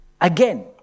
Again